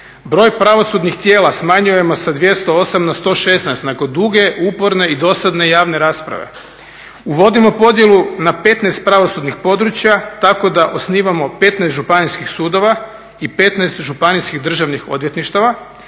Broj pravosudnih tijela smanjujemo sa 208 na 116 nakon duge, uporne i dosadne javne rasprave. uvodimo podjelu na 15 pravosudnih područja tako da osnivamo 15 županijskih sudova i 15 županijskih državnih odvjetništava,